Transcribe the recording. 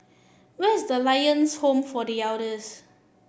where is Lions Home for The Elders